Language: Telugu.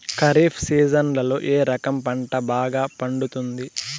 ఖరీఫ్ సీజన్లలో ఏ రకం పంట బాగా పండుతుంది